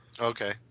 Okay